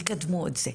תקדמו את זה.